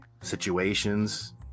situations